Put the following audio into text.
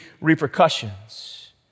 repercussions